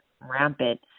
rampant